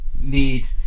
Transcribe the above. need